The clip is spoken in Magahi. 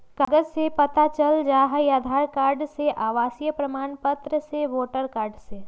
कागज से पता चल जाहई, आधार कार्ड से, आवासीय प्रमाण पत्र से, वोटर कार्ड से?